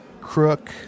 Crook